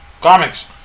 comics